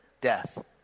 death